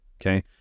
Okay